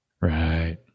Right